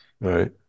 Right